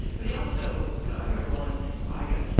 but he also you know, i remember once i got,